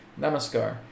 Namaskar